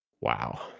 Wow